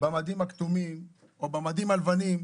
במדים הכתומים או במדים הלבנים,